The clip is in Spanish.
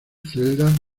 celdas